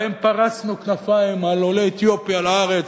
שבהם פרסנו כנפיים על עולי אתיופיה לארץ,